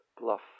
bluff